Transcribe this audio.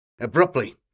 abruptly